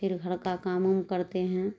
پھر گھر کا کام اوم کرتے ہیں